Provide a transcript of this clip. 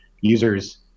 users